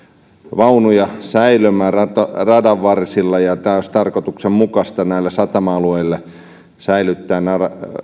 vaunuja säilömään radanvarsilla olisi tarkoituksenmukaista satama alueille säilyttää nämä